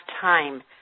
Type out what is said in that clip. time